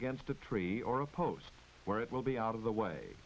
against a tree or a post where it will be out of the way